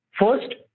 First